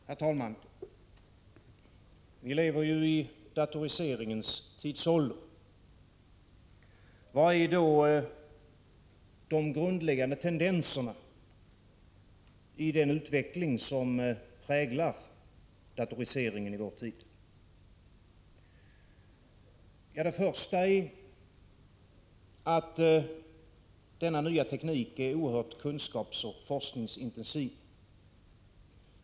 Herr talman! Vi lever i datoriseringens tidsålder. Vilka är då de grundläggande tendenserna i den utveckling som präglar datoriseringen i vår tid? Det första är att denna nya teknik är oerhört kunskapsoch forskningsintensiv.